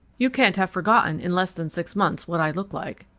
you can't have forgotten in less than six months what i look like.